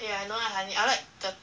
yeah I don't like honey I like the